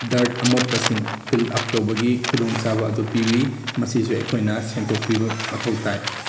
dirt ꯑꯃꯣꯠꯄꯁꯤꯡ fill up ꯇꯧꯕꯒꯤ ꯈꯨꯗꯣꯡ ꯆꯥꯕ ꯑꯗꯨ ꯄꯤꯕꯤ ꯃꯁꯤꯁꯨ ꯑꯩꯈꯣꯏꯅ ꯁꯦꯡꯗꯣꯛꯄꯤꯕ ꯃꯊꯧ ꯇꯥꯏ